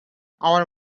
our